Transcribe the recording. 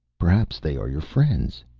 perhaps they are your friends,